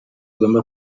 zigomba